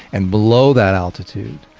and below that altitude,